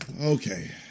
Okay